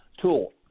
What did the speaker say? tool